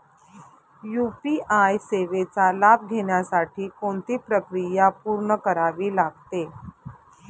UPI सेवेचा लाभ घेण्यासाठी कोणती प्रक्रिया पूर्ण करावी लागते?